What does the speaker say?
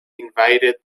invaded